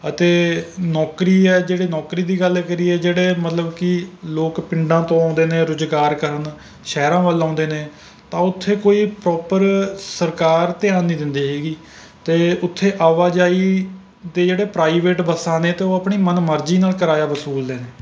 ਅਤੇ ਨੌਕਰੀ ਹੈ ਜਿਹੜੇ ਨੌਕਰੀ ਦੀ ਗੱਲ ਕਰੀਏ ਜਿਹੜੇ ਮਤਲਬ ਕਿ ਲੋਕ ਪਿੰਡਾਂ ਤੋਂ ਆਉਂਦੇ ਨੇ ਰੁਜ਼ਗਾਰ ਕਰਨ ਸ਼ਹਿਰਾਂ ਵੱਲ ਆਉਂਦੇ ਨੇ ਤਾਂ ਉੱਥੇ ਕੋਈ ਪਰੋਪਰ ਸਰਕਾਰ ਧਿਆਨ ਨਹੀਂ ਦਿੰਦੀ ਹੈਗੀ ਅਤੇ ਉੱਥੇ ਅਵਾਜਾਈ ਦੇ ਜਿਹੜੇ ਪ੍ਰਾਈਵੇਟ ਬੱਸਾਂ ਨੇ ਤਾਂ ਉਹ ਆਪਣੀ ਮਨ ਮਰਜ਼ੀ ਨਾਲ ਕਿਰਾਇਆ ਵਸੂਲਦੇ ਨੇ